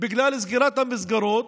בגלל סגירת המסגרות.